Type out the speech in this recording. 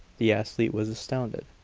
the athlete was astounded.